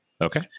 Okay